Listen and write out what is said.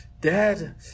Dad